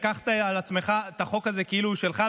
לקחת על עצמך את החוק הזה כאילו הוא שלך,